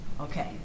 Okay